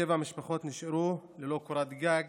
שבע משפחות נשארו ללא קורת גג.